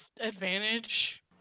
advantage